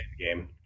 game